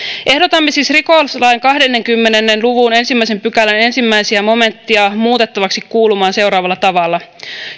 ehdotamme siis rikoslain kahdenkymmenen luvun ensimmäisen pykälän ensimmäinen momenttia muutettavaksi kuulumaan seuraavalla tavalla